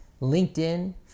LinkedIn